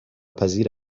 پذیر